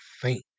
faint